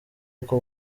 uko